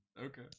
Okay